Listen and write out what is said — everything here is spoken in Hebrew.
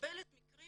מקבלת מקרים